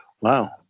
Wow